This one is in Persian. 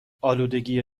آلودگی